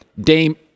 Dame